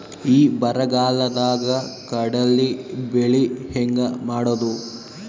ಈ ಬರಗಾಲದಾಗ ಕಡಲಿ ಬೆಳಿ ಹೆಂಗ ಮಾಡೊದು?